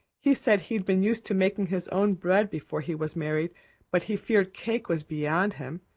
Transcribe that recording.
he said he'd been used to making his own bread before he was married but he feared cake was beyond him,